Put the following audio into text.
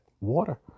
water